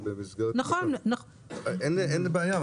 אין בעיה,